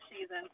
season